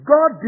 God